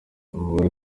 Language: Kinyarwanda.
umugore